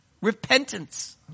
Repentance